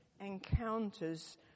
encounters